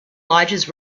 lodges